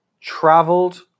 traveled